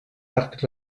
arc